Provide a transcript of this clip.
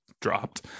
dropped